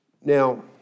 Now